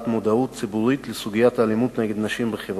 המודעות הציבורית לסוגיית האלימות נגד הנשים בחברה.